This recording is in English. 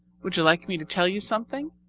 would you like me to tell you something?